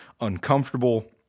uncomfortable